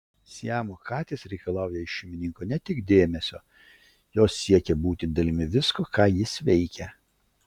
siamo katės reikalauja iš šeimininko ne tik dėmesio jos siekia būti dalimi visko ką jis veikia